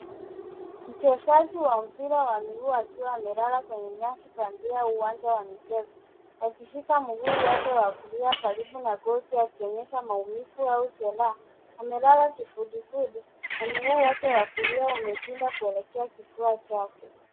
Mchezaji wa mpira wa miguu akiwa amelala kwenye nyasi bandia au uwanja wa michezo akishika mguu wake wa kulia karibu na goti akionyeha maumivu au jeraha. Amelala kifudifudi na mguu wake wa kulia umepinda kuelekea kifua chake.